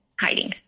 hiding